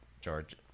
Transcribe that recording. George